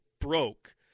broke